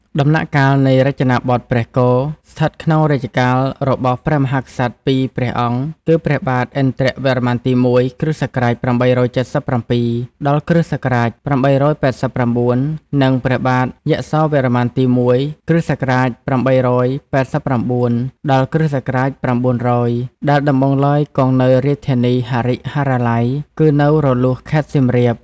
ដំណាក់កាលនៃរចនាបថព្រះគោ ស្ថិតក្នុងរជ្ជកាលរបស់ព្រះមហាក្សត្រពីរព្រះ អង្គគឺ ព្រះបាទឥន្ទ្រវរ្ម័នទី១ គ.ស. ៨៧៧ ដល់គ.ស. ៨៨៩ និងព្រះបាទយសោវរ្ម័ន ទី ១ គ.ស.៨៨៩ ដល់គ.ស. ៩០០ ដែលដំបូងឡើយគង់នៅរាជធានីហរិហរាល័យ គឺនៅរលួសខេត្តសៀមរាប។